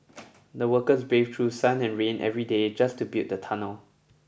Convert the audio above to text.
the workers braved through sun and rain every day just to build the tunnel